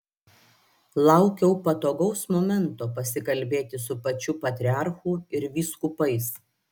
laukiau patogaus momento pasikalbėti su pačiu patriarchu ir vyskupais